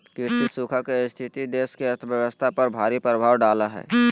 कृषि सूखा के स्थिति देश की अर्थव्यवस्था पर भारी प्रभाव डालेय हइ